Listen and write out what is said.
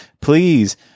please